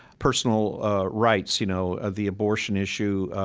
personal rights, you know, the abortion issue,